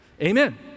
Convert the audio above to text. Amen